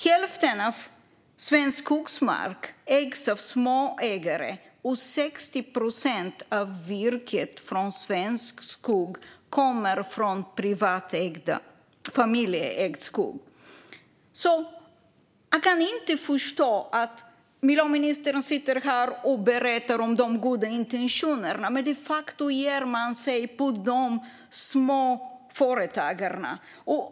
Hälften av svensk skogsmark ägs av småägare, och 60 procent av virket från svensk skog kommer från privat, familjeägd skog. Jag förstår inte: Miljöministern står här och berättar om de goda intentionerna, men de facto ger man sig på de små företagarna.